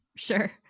Sure